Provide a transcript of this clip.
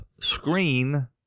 screen